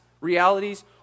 realities